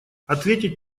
ответить